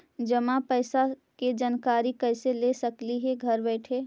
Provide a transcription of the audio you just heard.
जमा पैसे के जानकारी कैसे ले सकली हे घर बैठे?